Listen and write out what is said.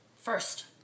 First